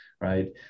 right